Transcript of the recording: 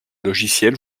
logiciels